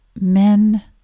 men